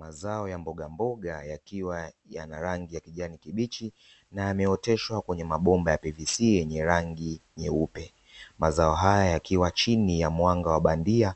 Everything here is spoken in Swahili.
Mazao ya mboga mboga yakiwa yana rangi ya kijani kibichi na yameoteshwa kwenye mabomba ya "PVC" yenye rangi nyeupe. Mazao haya yakiwa chini ya mwanga wa bandia